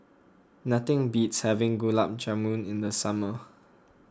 nothing beats having Gulab Jamun in the summer